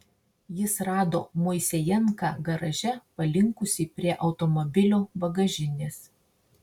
jis rado moisejenką garaže palinkusį prie automobilio bagažinės